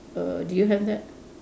err do you have that